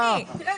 צחי, תודה.